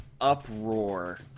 uproar